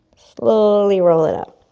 slowly roll it up.